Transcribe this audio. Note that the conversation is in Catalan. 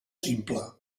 simple